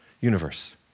universe